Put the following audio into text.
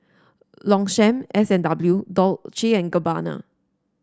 Longchamp S and W and and Gabbana